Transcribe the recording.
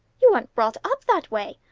you weren't brought up that way.